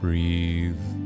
Breathe